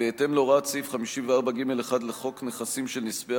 בהתאם להוראת סעיף 54(ג)(1) לחוק נכסים של נספי